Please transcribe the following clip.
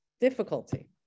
difficulty